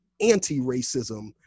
anti-racism